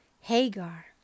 Hagar